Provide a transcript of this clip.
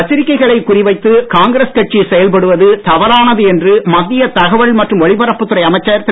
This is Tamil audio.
பத்திரிகைகளைக் குறிவைத்து காங்கிரஸ் கட்சி செயல்படுவது தவறானது என்று மத்திய தகவல் மற்றும் ஒலிபரப்புத் துறை அமைச்சர் திரு